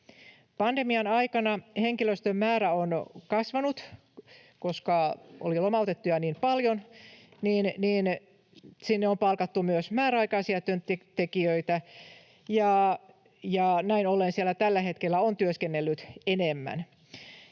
Pandemian aikana henkilöstön määrä on kasvanut: koska oli lomautettuja niin paljon, niin sinne on palkattu myös määräaikaisia työntekijöitä, ja näin ollen siellä tällä hetkellä on työskennellyt enemmän.